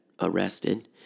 arrested